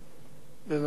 בבקשה.